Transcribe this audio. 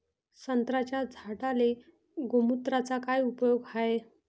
संत्र्याच्या झाडांले गोमूत्राचा काय उपयोग हाये?